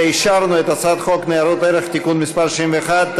ואישרנו את הצעת חוק ניירות ערך (תיקון מס' 61),